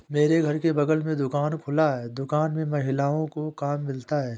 मेरे घर के बगल में दुकान खुला है दुकान में महिलाओं को काम मिलता है